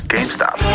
GameStop